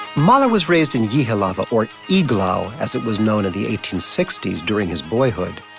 mahler was raised in jihlava, or iglau, as it was known in the eighteen sixty s during his boyhood.